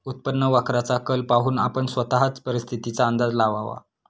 उत्पन्न वक्राचा कल पाहून आपण स्वतःच परिस्थितीचा अंदाज लावावा